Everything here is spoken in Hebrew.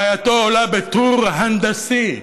בעייתו עולה בטור הנדסי,